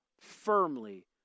firmly